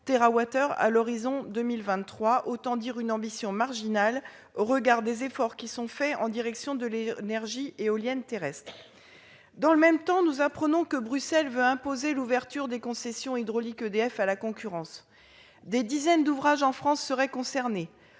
à l'horizon 2023. Autant dire une ambition marginale au regard des efforts faits en direction de l'énergie éolienne terrestre. Dans le même temps, nous apprenons que Bruxelles veut imposer l'ouverture à la concurrence des concessions hydrauliques EDF. Des dizaines d'ouvrages en France seraient concernées.